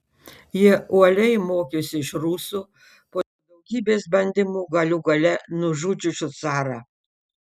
jie uoliai mokėsi iš rusų po daugybės bandymų galų gale nužudžiusių carą